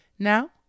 Now